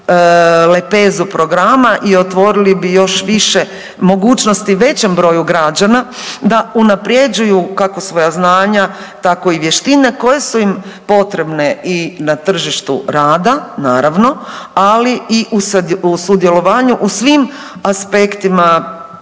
lepezu programa i otvorili bi još više mogućnosti većem broju građana da unaprjeđuju kako svoja znanja tako i vještine koje su im potrebne i na tržištu rada naravno, ali i u sudjelovanju u svim aspektima